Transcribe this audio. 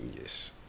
Yes